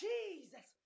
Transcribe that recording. Jesus